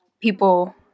people